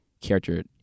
character